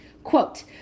Quote